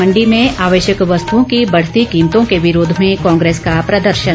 मंडी में आवश्यक वस्तुओं की बढ़ती कीमतों के विरोध में कांग्रेस का प्रदर्शन